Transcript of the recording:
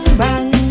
bang